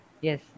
Yes